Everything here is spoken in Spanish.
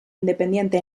independiente